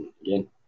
again